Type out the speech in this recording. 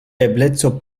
ebleco